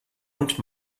und